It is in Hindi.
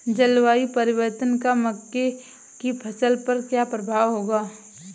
जलवायु परिवर्तन का मक्के की फसल पर क्या प्रभाव होगा?